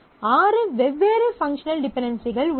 ஆறு வெவ்வேறு பங்க்ஷனல் டிபென்டென்சிகள் உள்ளன